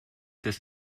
dass